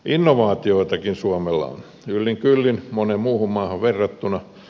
innovaatioitakin suomella on yllin kyllin moneen muuhun maahan verrattuna